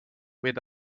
with